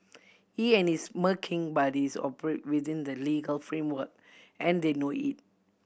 he and his smirking buddies operate within the legal framework and they know it